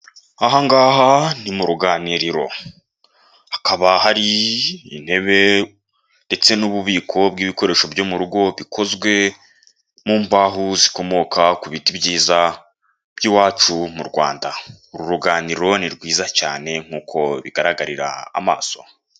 Aha ngaha ni mu ruganiriro, hakaba hari intebe ndetse n'ububiko bw'ibikoresho byo mu rugo bikozwe mu mbaho zikomoka ku biti ibyiza by'iwacu mu Rwanda, uru ruganiriro ni rwiza cyane nkuko bigaragarira amaso.